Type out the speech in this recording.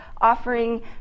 offering